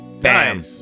Bam